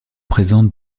présentent